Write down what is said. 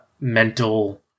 mental